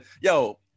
yo